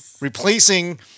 Replacing